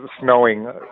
snowing